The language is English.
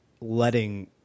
letting